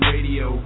Radio